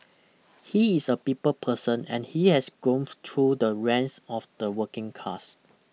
he is a people person and he has grown through the ranks of the working class